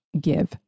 give